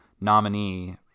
nominee